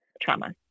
trauma